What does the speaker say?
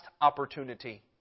opportunity